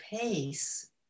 pace